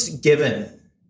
given